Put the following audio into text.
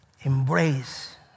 embrace